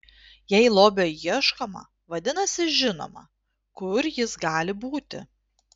jei lobio ieškoma vadinasi žinoma kur jis gali būti